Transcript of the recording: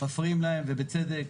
מפריעים להם, ובצדק.